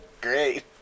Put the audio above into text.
Great